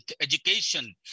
education